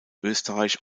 österreich